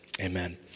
Amen